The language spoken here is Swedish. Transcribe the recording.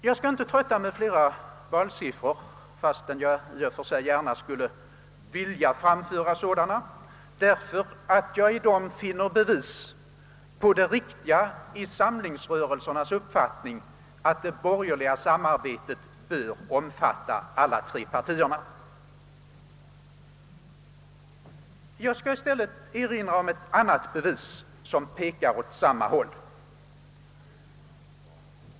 Jag skall inte trötta med flera valsiffror, fast jag i och för sig gärna skulle vilja anföra sådana, då jag i dem finner bevis på det riktiga i samlingsrörelsernas uppfattning att det borgerliga samarbetet bör omfatta alla de tre partierna. Jag skall i stället erinra om ett annat bevis som pekar åt samma håll.